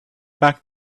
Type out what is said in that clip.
back